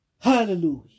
Hallelujah